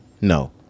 no